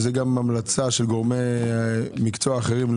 שזוהי המלצה גם של גורמי מקצוע אחרים.